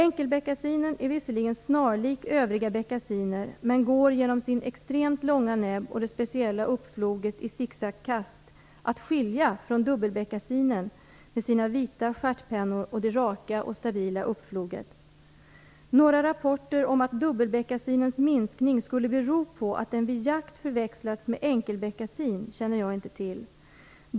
Enkelbeckasinen är visserligen snarlik övriga beckasiner, men går genom sin extremt långa näbb och det speciella uppfloget i sicksackkast att skilja från dubbelbeckasinen med sina vita stjärtpennor och det raka och stabila uppfloget. Några rapporter om att dubbelbeckasinens minskning skulle bero på att den vid jakt förväxlats med enkelbeckasin känner jag inte till.